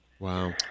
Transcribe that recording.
Wow